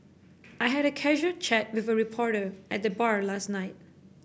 I had a casual chat with a reporter at the bar last night